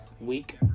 Week